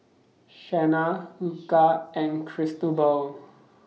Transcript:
Shanna Luca and Cristobal